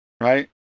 right